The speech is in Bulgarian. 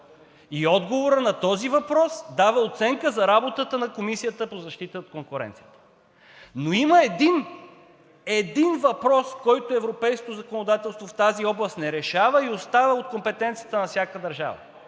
Отговорът на този въпрос дава оценка за работата на Комисията по защита на конкуренцията. Но има един въпрос, който европейското законодателство в тази област не решава и остава от компетенцията на всяка държава.